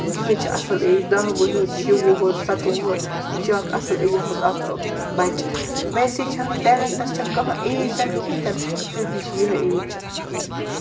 یِہٲے چھِ اصٕل ایج دَہ وُہر شہِ وُہر سَتہٕ وُہر یہِ چھِ اَکھ اصٕل ایج یَتھ منٛز اَکھ ٲں بَچہِ ویسے چھَنہٕ ٹیلیٚنٹَس چھَنہٕ کانٛہہ ایج تہِ نہٕ کیٚنٛہہ تہِ نہٕ پھر بھی چھِ یِہٲے ایج چھِ اَتھ ٹھیٖک